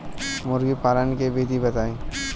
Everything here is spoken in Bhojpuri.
मुर्गी पालन के विधि बताई?